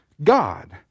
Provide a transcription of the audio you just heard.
God